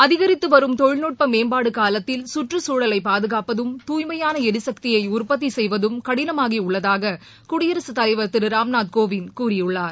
அதிகரித்துவரும் தொழில்நுட்ப மேம்பாட்டு காலத்தில் கற்றுச்சூழலை பாதுகாப்பதும் தூய்மையான எரிசக்தியை உற்பத்தி செய்வதும் கடினமாகியுள்ளதாக குடியரசுத் தலைவர் திரு ராம்நாத் கோவிந்த் கூறியுள்ளார்